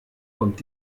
kommt